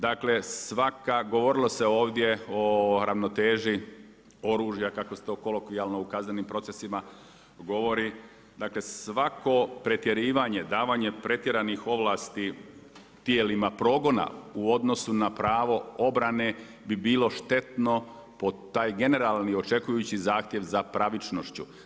Dakle, svaka, govorilo se ovdje o ravnoteži oružja kako se to to kolokvijalno u kaznenim procesima govori, dakle svako pretjerivanje, davanje pretjeranih ovlasti tijelima progona u odnosu na pravo obrane bi bilo štetno po taj generalni, očekujući zahtjev za pravičnošću.